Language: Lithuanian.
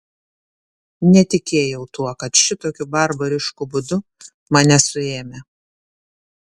netikėjau tuo kad šitokiu barbarišku būdu mane suėmę